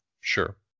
Sure